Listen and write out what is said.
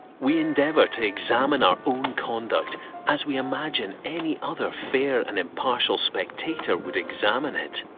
we endeavor to examine our own conduct as we imagine any other fair and impartial spectator would examine it.